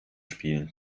spielen